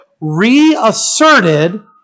reasserted